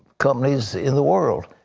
companies in the world.